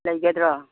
ꯂꯩꯒꯗ꯭ꯔꯥ